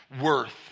worth